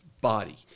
body